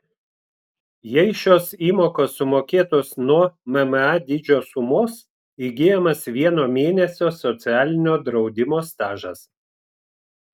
jei šios įmokos sumokėtos nuo mma dydžio sumos įgyjamas vieno mėnesio socialinio draudimo stažas